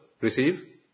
receive